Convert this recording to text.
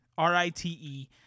R-I-T-E